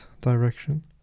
direction